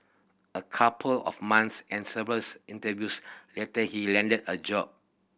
a couple of months and servers interviews later he landed a job